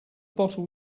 bottle